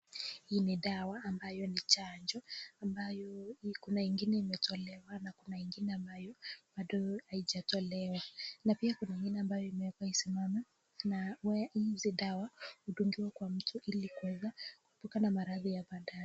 Hii ni dawa ambayo ni chanjo. Kunayo, kuna ingine imetolewa na kuna ingine ambayo bado haijatolewa. Na pia kuna ingine ambayo imewekwa isimame. Na hizi dawa hudungiwa kwa mtu ili kuweza kuepuka na maradhi ya baadae.